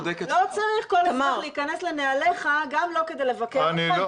לא צריך כל דבר להיכנס לנעליך גם לא כדי לבקר אתכם,